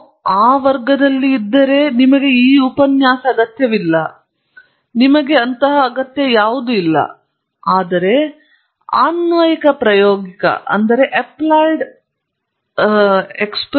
ನೀವು ಆ ವರ್ಗದಲ್ಲಿ ಇದ್ದರೆ ನಿಮಗೆ ಈ ಉಪನ್ಯಾಸ ಅಗತ್ಯವಿಲ್ಲ ನಿಮಗೆ ಅದರಲ್ಲಿ ಯಾವುದೇ ಅಗತ್ಯವಿಲ್ಲ